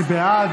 מי בעד?